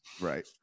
Right